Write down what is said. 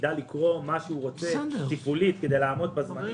שהיא תדע לקרוא מה שהיא רוצה תפעולית כדי לעמוד בזמנים.